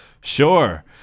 sure